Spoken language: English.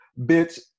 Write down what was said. bitch